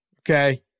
okay